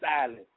silent